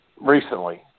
recently